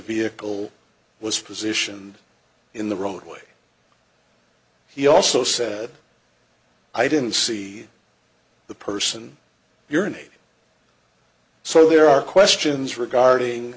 vehicle was positioned in the roadway he also said i didn't see the person your name so there are questions regarding